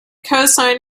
cosine